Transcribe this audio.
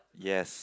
yes